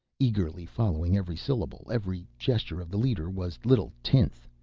eagerly following every syllable, every gesture of the leader was little tinth.